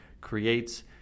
creates